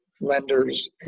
lenders